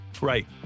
Right